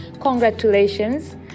congratulations